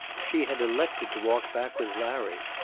she had elected to walk back with larry.